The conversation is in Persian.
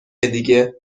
دیگه